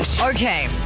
Okay